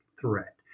threat